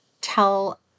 tell